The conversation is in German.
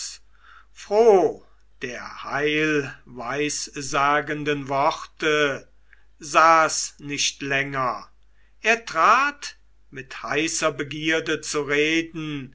froh der heilweissagenden worte saß nicht länger er trat mit heißer begierde zu reden